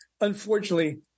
unfortunately